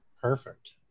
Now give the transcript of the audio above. Perfect